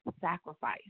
sacrifice